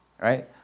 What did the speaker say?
right